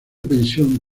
pensión